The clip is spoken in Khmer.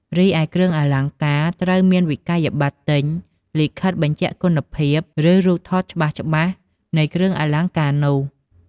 រីឯ គ្រឿងអលង្ការ ត្រូវមានវិក្កយបត្រទិញ លិខិតបញ្ជាក់គុណភាព ឬរូបថតច្បាស់ៗនៃគ្រឿងអលង្ការនោះ។